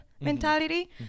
mentality